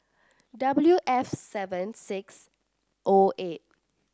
W F seven six O eight